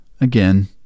Again